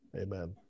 Amen